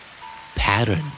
Pattern